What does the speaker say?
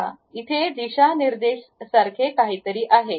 बघा इथे दिशानिर्देश सारखे काहीतरी आहे